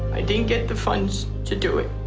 i didn't get the funds to do it.